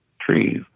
trees